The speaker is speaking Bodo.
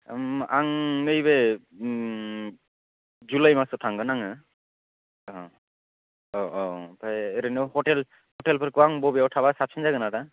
आं नैबे जुलाय मासाव थांगोन आङो ओं औ औ आमफ्राय ओरैनो हटेल हटेल फोरखौ बबेयाव थाबा साबसिन जागोन आदा